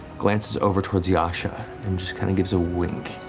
glances over towards yasha and just kind of gives a wink.